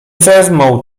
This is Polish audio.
wezmą